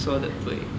说得对